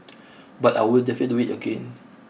but I would definitely do it again